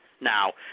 Now